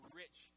rich